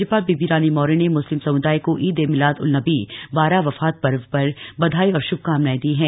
राज्य ाल बेबी रानी मौर्य ने मुस्लिम समुदाय को ईद ए मिलाद उन नबी बारावफात र्व र बधाई और शुभकामनाएं दी हैं